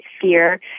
fear